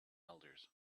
elders